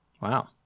Wow